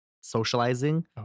socializing